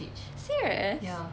serious